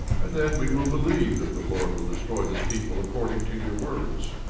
and then we will believe that the lord will destroy this people according to your words.